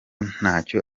ntacyo